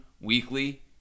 weekly